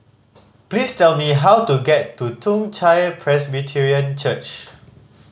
please tell me how to get to Toong Chai Presbyterian Church